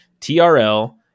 TRL